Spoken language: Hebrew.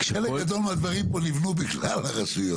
חלק גדול מהדברים פה נבנו בגלל הרשויות.